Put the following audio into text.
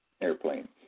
airplane